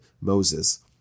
Moses